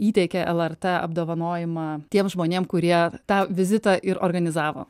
įteikė lrt apdovanojimą tiem žmonėm kurie tą vizitą ir organizavo